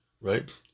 right